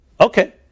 Okay